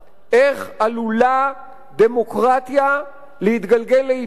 איך עלולה דמוקרטיה להתגלגל להיפוכה.